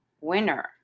winner